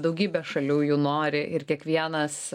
daugybė šalių jų nori ir kiekvienas